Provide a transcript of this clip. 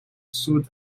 sud